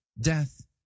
Death